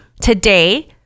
today